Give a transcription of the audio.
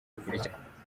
bukurikira